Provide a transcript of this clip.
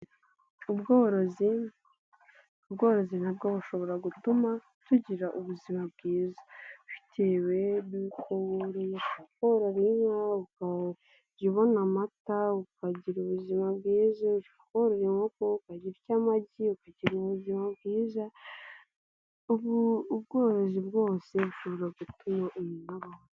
Ubworozi, ubworozi nabwo bushobora gutuma tugira ubuzima bwiza bitewe nuko woroye ushobora korora inka ukajya ubona amata ukagira ubuzima bwiza, ushobora korora inkoko ukajya urya amagi ukagira ubuzima bwiza, ubworozi bwose bushobora gutuma ubaho.